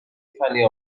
فنی